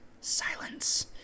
silence